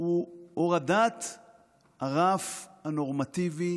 הוא הורדת הרף הנורמטיבי